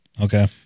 Okay